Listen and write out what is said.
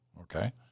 okay